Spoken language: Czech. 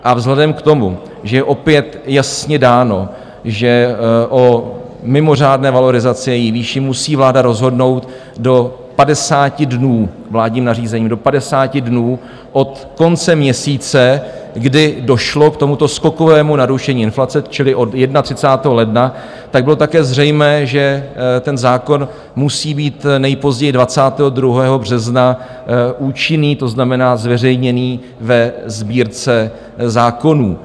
A vzhledem k tomu, že je opět jasně dáno, že o mimořádné valorizaci a její výši musí vláda rozhodnout do 50 dnů vládním nařízením, do 50 dnů od konce měsíce, kdy došlo k tomuto skokovému narušení inflace, čili od 31. ledna, tak bylo také zřejmé, že ten zákon musí být nejpozději 22. března účinný, to znamená zveřejněný ve Sbírce zákonů.